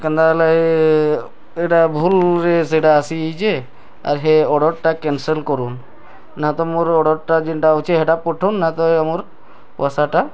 କେନ୍ତା ହେଲେଏ ଏଇଟା ଭୁଲ୍ରେ ସେଇଟା ଆସିଯାଇଛି ଆର୍ ହେ ଅର୍ଡ଼ର୍ଟା କ୍ୟାନସେଲ୍ କରୁନ୍ ନା ତ ମୋର୍ ଅର୍ଡ଼ର୍ଟା ଜେଣ୍ଟା ଅଛି ହେଟା ପଠଉନ୍ ନାଇଁ ତ ମୋର୍ ପଇସା୍ଟା